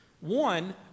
One